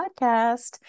podcast